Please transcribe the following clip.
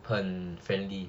很 friendly